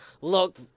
Look